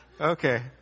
Okay